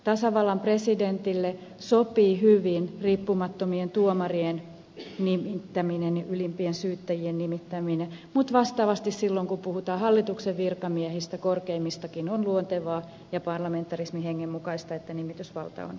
tasavallan presidentille sopii hyvin riippumattomien tuomarien nimittäminen ja ylimpien syyttäjien nimittäminen mutta vastaavasti silloin kun puhutaan hallituksen virkamiehistä korkeimmistakin on luontevaa ja parlamentarismin hengen mukaista että nimitysvalta on presidentillä